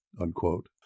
unquote